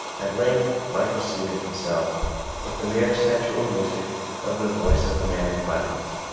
at length michael sated himself with the mere sensual music of the voice of the man in buttons.